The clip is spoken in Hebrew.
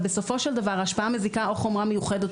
בסופו של דבר השפעה מזיקה או חומרה מיוחדת,